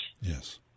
Yes